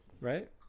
Right